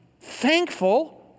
thankful